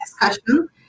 discussion